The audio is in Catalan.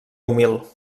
humil